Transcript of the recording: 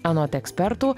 anot ekspertų